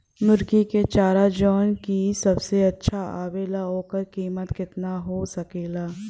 मुर्गी के चारा जवन की सबसे अच्छा आवेला ओकर कीमत केतना हो सकेला?